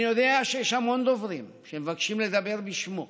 אני יודע שיש המון דוברים שמבקשים לדבר בשמו,